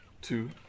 two